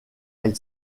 elle